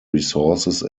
resources